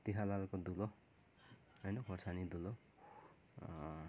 तिखालालको धुलो होइन खोर्सानीको धुलो